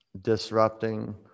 Disrupting